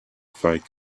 fight